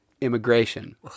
immigration